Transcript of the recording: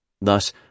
Thus